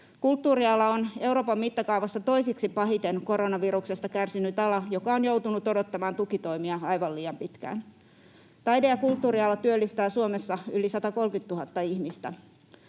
Kulttuuriala on Euroopan mittakaavassa toiseksi pahiten koronaviruksesta kärsinyt ala, joka on joutunut odottamaan tukitoimia aivan liian pitkään. Taide- ja kulttuuriala työllistää Suomessa yli 130 000 ihmistä.